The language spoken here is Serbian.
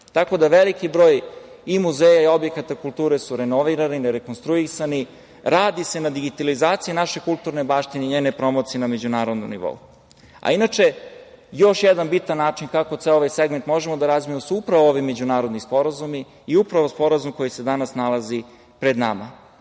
Tako da veliki broj i muzeja, i objekata kulture su renovirani, rekonstruisani, radi se na digitalizaciji naše kulturne baštine i njene promocije na međunarodnom nivou. Još jedan bitan način kako ceo ovaj segment možemo da razvijemo su upravo ovi međunarodni sporazumi i upravo Sporazum koji se danas nalazi pred nama.